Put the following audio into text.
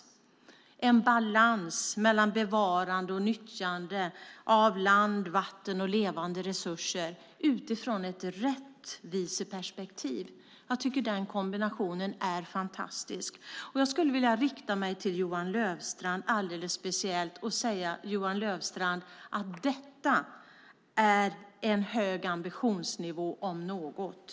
Det är en balans mellan bevarande och nyttjande av land, vatten och levande resurser utifrån ett rättviseperspektiv. Jag tycker att den kombinationen är fantastisk. Jag skulle vilja rikta mig alldeles speciellt till Johan Löfstrand och säga att detta är en hög ambitionsnivå om något.